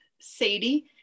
Sadie